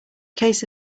case